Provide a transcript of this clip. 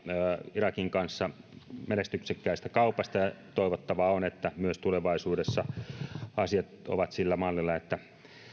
irakin kanssa menestyksekkäistä kaupoista ja toivottavaa on että myös tulevaisuudessa asiat ovat sillä mallilla että